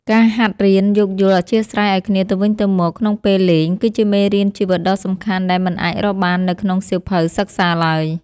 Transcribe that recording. ការហាត់រៀនយោគយល់អធ្យាស្រ័យឱ្យគ្នាទៅវិញទៅមកក្នុងពេលលេង គឺជាមេរៀនជីវិតដ៏សំខាន់ដែលមិនអាចរកបាននៅក្នុងសៀវភៅសិក្សាឡើយ។